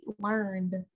learned